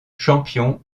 champion